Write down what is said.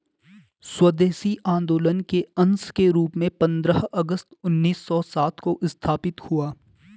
स्वदेशी आंदोलन के अंश के रूप में पंद्रह अगस्त उन्नीस सौ सात को स्थापित हुआ